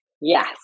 Yes